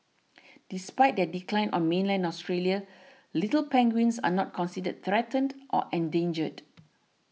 despite their decline on mainland Australia little penguins are not considered threatened or endangered